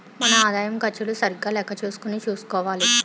మన ఆదాయం ఖర్చులు సరిగా లెక్క చూసుకుని చూసుకోవాలి